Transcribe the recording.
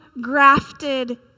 grafted